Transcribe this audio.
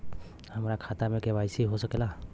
हमार खाता में के.वाइ.सी हो सकेला?